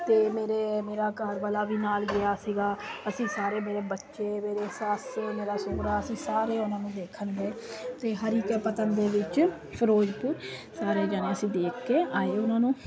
ਤੇ ਮੇਰੇ ਮੇਰਾ ਘਰਵਾਲਾ ਵੀ ਨਾਲ਼ ਗਿਆ ਸੀਗਾ ਅਸੀਂ ਸਾਰੇ ਮੇਰੇ ਬੱਚੇ ਮੇਰੇ ਸੱਸ ਮੇਰਾ ਸੋਹਰਾ ਅਸੀਂ ਸਾਰੇ ਦੇਖਣ ਗਏ ਤੇ ਹਰੀ ਕੇ ਪੱਤਣ ਵਿੱਚ ਫ਼ਿਰੋਜ਼ਪੁਰ ਸਾਰੇ ਜਣੇ ਅਸੀਂ ਦੇਖ ਕੇ ਆਏ ਉਨ੍ਹਾਂ ਨੂੰ